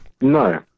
No